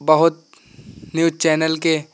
बहुत news channel के